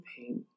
pain